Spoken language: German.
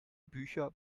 bücher